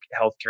healthcare